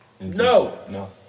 No